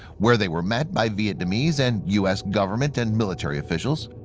where they were met by vietnamese and u s. government and military officials,